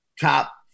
top